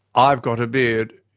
i've got a beard,